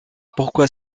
pourquoi